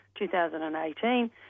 2018